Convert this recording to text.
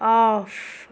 off